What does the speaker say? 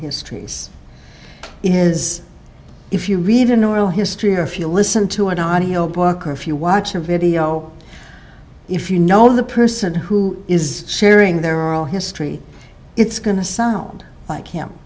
histories is if you read an oral history or if you listen to an audio book or if you watch a video if you know the person who is sharing their oral history it's going to sound like